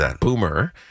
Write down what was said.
Boomer